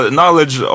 knowledge